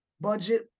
budget